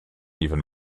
even